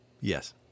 Yes